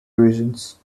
reasons